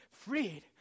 freed